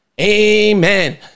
Amen